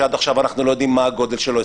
שעד עכשיו אנחנו לא יודעים מה הגודל שלו,